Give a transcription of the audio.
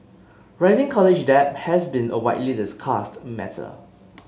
rising college debt has been a widely discussed matter